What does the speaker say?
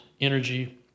energy